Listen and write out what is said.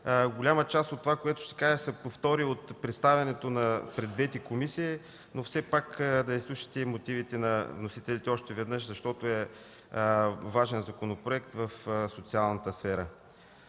Голяма част от това, което ще кажа, ще повтори представянето пред двете комисии, но все пак да изслушате и мотивите на вносителите още веднъж, защото е важен законопроект в социалната сфера.